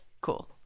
Cool